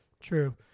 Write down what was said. true